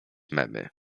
memy